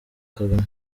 kagame